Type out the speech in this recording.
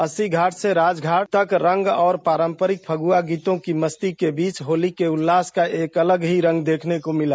अस्सी घाट से राजघाट तक रंग और पारंपरिक फगुआ गीतों की मस्ती के बीच होली के उल्लास का एक अलग ही रंग देखने को मिला